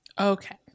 okay